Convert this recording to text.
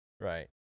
Right